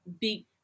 big